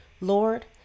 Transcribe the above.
Lord